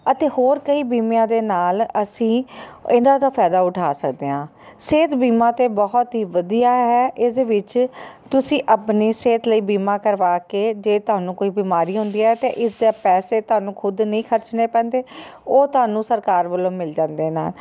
ਅਤੇ ਹੋਰ ਕਈ ਬੀਮਿਆਂ ਦੇ ਨਾਲ ਅਸੀਂ ਇਹਨਾਂ ਦਾ ਫਾਇਦਾ ਉਠਾ ਸਕਦੇ ਹਾਂ ਸਿਹਤ ਬੀਮਾ ਤਾਂ ਬਹੁਤ ਹੀ ਵਧੀਆ ਹੈ ਇਹਦੇ ਵਿੱਚ ਤੁਸੀਂ ਆਪਣੀ ਸਿਹਤ ਲਈ ਬੀਮਾ ਕਰਵਾ ਕੇ ਜੇ ਤੁਹਾਨੂੰ ਕੋਈ ਬਿਮਾਰੀ ਹੁੰਦੀ ਹੈ ਤਾਂ ਇਸਦੇ ਪੈਸੇ ਤੁਹਾਨੂੰ ਖੁਦ ਨਹੀਂ ਖਰਚਣੇ ਪੈਂਦੇ ਉਹ ਤੁਹਾਨੂੰ ਸਰਕਾਰ ਵੱਲੋਂ ਮਿਲ ਜਾਂਦੇ ਨੇ